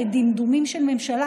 בדמדומים של ממשלה,